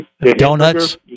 Donuts